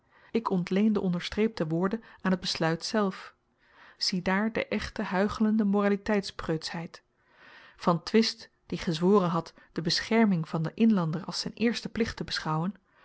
ik ontleen de onderstreepte woorden aan t besluit zelf ziedaar de echte huichelende moraliteitspreutsheid van twist die gezworen had de bescherming van den inlander als z'n eersten plicht te beschouwen